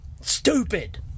stupid